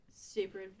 super